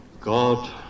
God